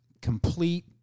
complete